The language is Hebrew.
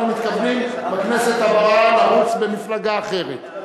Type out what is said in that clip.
מתכוונים בכנסת הבאה לרוץ במפלגה אחרת,